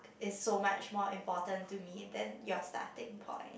is so much more important to me than your starting point